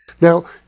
Now